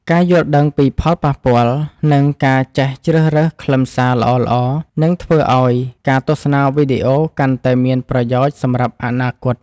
ការយល់ដឹងពីផលប៉ះពាល់និងការចេះជ្រើសរើសខ្លឹមសារល្អៗនឹងធ្វើឱ្យការទស្សនាវីដេអូកាន់តែមានប្រយោជន៍សម្រាប់អនាគត។